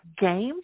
games